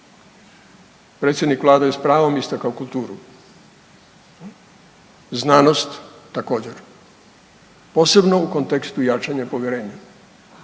Predsjednik Vlade je s pravom istakao kulturu. Znanost također, posebno u kontekstu jačanja povjerenja.